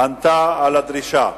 ענתה על הדרישה.